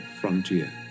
frontier